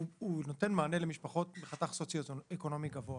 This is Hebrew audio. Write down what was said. הוא נותן מענה למשפחות מחתך סוציו אקונומי גבוה,